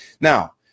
Now